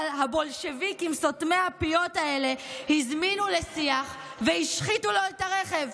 אבל הבולשביקים סותמי הפיות האלה הזמינו לשיח והשחיתו לו את הרכב.